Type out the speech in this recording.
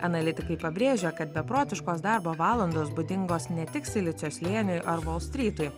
analitikai pabrėžia kad beprotiškos darbo valandos būdingos ne tik silicio slėniui ar volstrytui